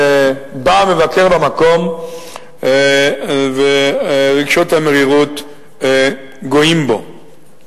בא ומבקר ומקום ורגשות המרירות גואים בו.